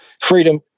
Freedom